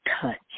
touch